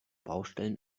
baustellen